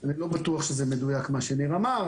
אני לא בטוח שזה מדויק מה שניר אמר,